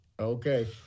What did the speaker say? Okay